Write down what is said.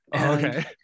Okay